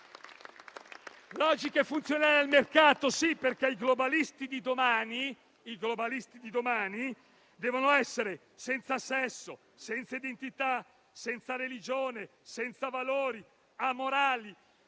logiche funzionali al mercato, sì, perché i globalisti di domani devono essere senza sesso, senza identità, senza religione, senza valori, amorali,